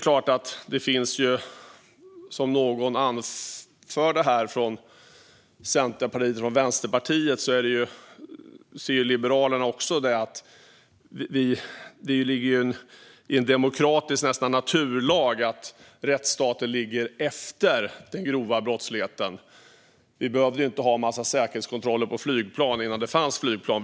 Också vi i Liberalerna ser det som nästan en demokratisk naturlag att rättsstaten ligger efter den grova brottsligheten. Vi behövde inte ha en massa säkerhetskontroller på flygplan innan det fanns flygplan.